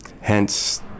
hence